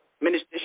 Minister